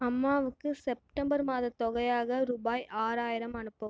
அம்மாவுக்கு செப்டம்பர் மாத தொகையாக ரூபாய் ஆறாயிரம் அனுப்பவும்